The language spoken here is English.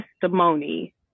testimony